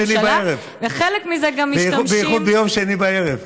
בייחוד ביום שני בערב, בייחוד ביום שני בערב.